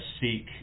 seek